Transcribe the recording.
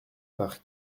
par